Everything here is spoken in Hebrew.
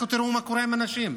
לכו תראו מה קורה עם אנשים: